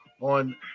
on